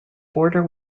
border